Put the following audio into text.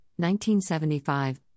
1975